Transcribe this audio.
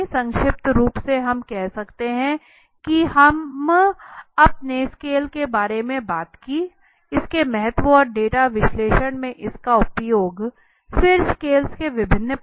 संक्षिप्त रूप से हम कह सकते हैं कि आज हमने स्केल के बारे में बात की इसके महत्व और डेटा विश्लेषण में इसका उपयोग फिर स्केल्स के विभिन्न प्रकार